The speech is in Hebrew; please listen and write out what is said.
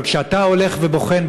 אבל כשאתה הולך ובוחן,